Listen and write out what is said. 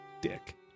dick